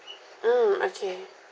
mm okay